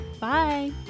Bye